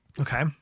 Okay